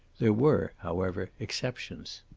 there were, however, exceptions.